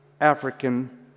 African